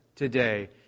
Today